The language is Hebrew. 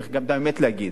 צריך גם את האמת להגיד.